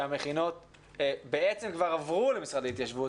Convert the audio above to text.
שהמכינות כבר עברו למשרד ההתיישבות,